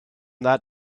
that